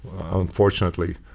unfortunately